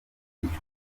yicwa